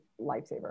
lifesaver